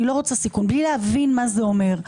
ביל להבין מה זה אומר,